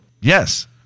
Yes